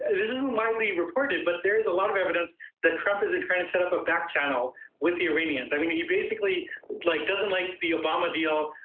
this isn't widely reported, but there is a lot of evidence that trump is and trying to set up a back channel with the iranians. i mean, he basically like doesn't like the obama deal,